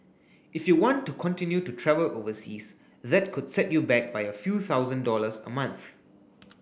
if you want to continue to travel overseas that could set you back by a few thousand dollars a month